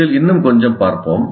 இதில் இன்னும் கொஞ்சம் பார்ப்போம்